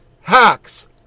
hacks